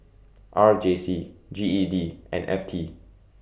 R J C G E D and F T